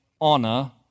Honor